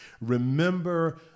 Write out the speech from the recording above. remember